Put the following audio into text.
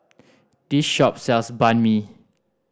this shop sells Banh Mi